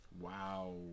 Wow